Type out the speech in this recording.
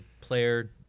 player